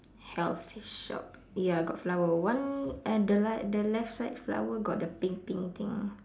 health shop ya got flower one at the left the left side flower got the pink pink thing